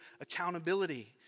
accountability